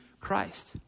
Christ